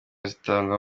zitangwa